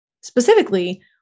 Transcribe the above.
Specifically